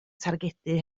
targedu